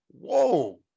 Whoa